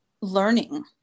learning